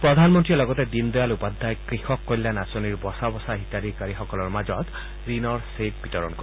প্ৰধানমন্ত্ৰীয়ে লগতে দীনদয়াল উপাধ্যায় কৃষক কল্যাণ আঁচনিৰ বচা বচা হিতাধিকাৰীসকলৰ মাজত ঋণৰ চেক বিতৰণ কৰিব